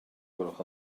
gwelwch